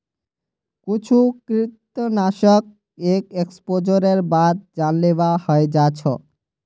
कुछु कृंतकनाशक एक एक्सपोजरेर बाद जानलेवा हय जा छ